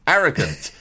Arrogant